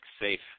safe